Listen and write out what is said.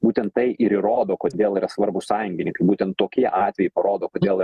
būtent tai ir įrodo kodėl yra svarbūs sąjungininkai būtent tokie atvejai parodo kodėl